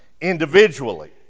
individually